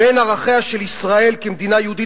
"בין ערכיה של ישראל כמדינה יהודית